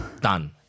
done